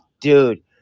dude